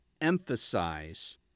emphasize